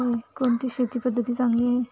कोणती शेती पद्धती चांगली आहे?